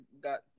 Got